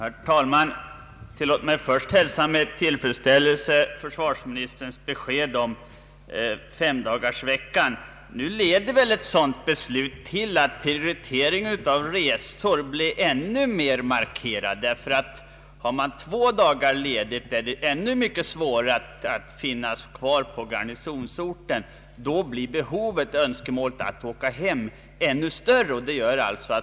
Herr talman! Tillåt mig först med tillfredsställelse hälsa försvarsministerns besked om femdagarsveckan. Nu leder väl ett sådant beslut till att prioriteringen av resor blir ännu mer markerad. Har man två dagar ledigt är det ännu svårare att stanna kvar på garnisonsorten, och önskemålet att få åka hem blir ännu större.